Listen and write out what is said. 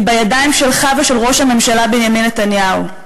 היא בידיים שלך ושל ראש הממשלה בנימין נתניהו.